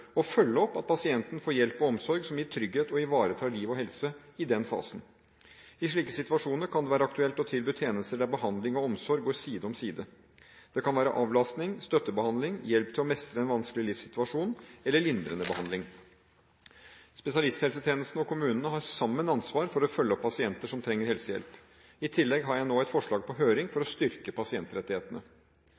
og følge opp at pasienten får hjelp og omsorg som gir trygghet og ivaretar liv og helse i den fasen. I slike situasjoner kan det være aktuelt å tilby tjenester der behandling og omsorg går side om side. Det kan være avlastning, støttebehandling, hjelp til å mestre en vanskelig livssituasjon eller lindrende behandling. Spesialisthelsetjenesten og kommunene har sammen ansvar for å følge opp pasienter som trenger helsehjelp. I tillegg har jeg nå et forslag på høring for å styrke pasientrettighetene.